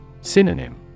Synonym